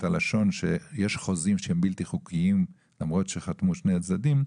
כשיש חוזים שהם בלתי חוקיים למרות שחתמו שני הצדדים,